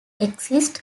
exists